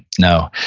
no.